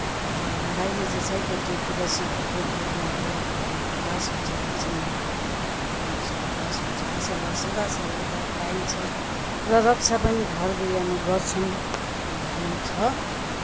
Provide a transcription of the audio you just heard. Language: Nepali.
दाहिने दिशैपट्टि तुलसीको बोट रोप्नु अरे भगवानको वास हुन्छ लक्ष्मी माताको भगवान विष्णुको वास हुन्छ आशीर्वाद सदा सर्वदा पाइन्छ र रक्षा पनि घर गृहमा गर्छन् भन्ने छ